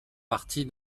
partie